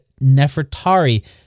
Nefertari